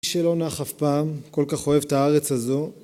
איש שלא נח אף פעם, כל כך אוהב את הארץ הזו